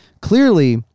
clearly